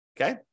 okay